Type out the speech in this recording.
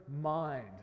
mind